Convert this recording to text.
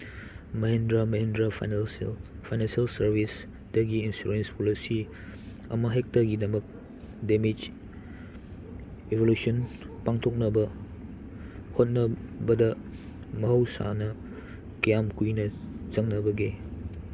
Mahindra Mahindra financial financial ꯁꯔꯚꯤꯁꯇꯒꯤ insurance policy ꯑꯃꯍꯦꯛꯇꯒꯤꯗꯃꯛ damage evaluation ꯄꯥꯡꯊꯑꯣꯀꯅꯕ ꯍꯣꯠꯅꯕꯗ ꯃꯍꯧꯁꯥꯅ ꯀꯌꯥꯝ ꯀꯨꯏꯅ ꯆꯪꯅꯕꯒꯦ